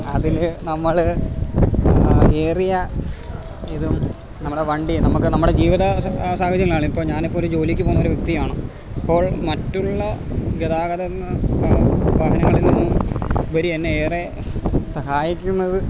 അതിൽ നമ്മൾ ഏറിയ ഇതും നമ്മളുടെ വണ്ടിയെ നമുക്ക് നമ്മുടെ ജീവിത സാഹചര്യങ്ങളിൽ ഇപ്പോൾ ഞാൻ ഇപ്പോഴൊരു ജോലിക്ക് പോകുന്നൊരു വ്യക്തിയാണ് അപ്പോൾ മറ്റുള്ള ഗതാഗത വാഹനങ്ങളിൽ നിന്നു ഉപരി എന്നെ ഏറെ സഹായിക്കുന്നത്